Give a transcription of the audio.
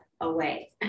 away